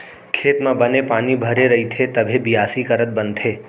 खेत म बने पानी भरे रइथे तभे बियासी करत बनथे